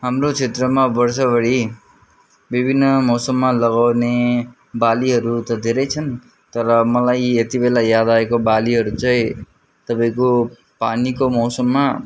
हाम्रो क्षेत्रमा वर्षभरि विभिन्न मौसममा लगाउने बालीहरू त धेरै छन् तर मलाई यति बेला याद आएको बालीहरू चाहिँ तपाईँको पानीको मौसममा